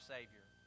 Savior